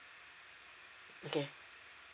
okay